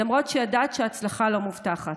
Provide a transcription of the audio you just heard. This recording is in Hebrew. למרות שידעת שההצלחה לא מובטחת.